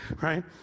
right